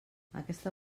aquesta